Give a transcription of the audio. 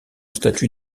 statut